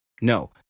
No